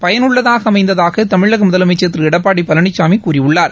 பயனுள்ளதாக அமைந்ததாக தமிழக முதலமைச்சர் திரு எடப்பாடி பழனிசாமி கூறியுள்ளார்